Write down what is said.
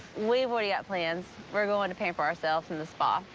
we've already got plans. we're going to pamper ourselves in the spa.